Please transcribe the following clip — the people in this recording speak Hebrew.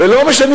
ולא משנים